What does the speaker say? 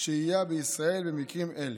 שהייה בישראל במקרים אלה: